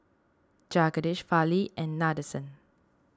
Jagadish Fali and Nadesan